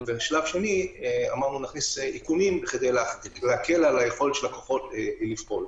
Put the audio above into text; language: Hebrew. ובשלב השני אמרנו שנכניס איכונים כדי להקל על היכולת של הכוחות לפעול.